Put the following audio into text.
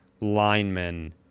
linemen